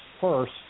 first